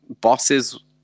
Bosses